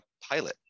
pilot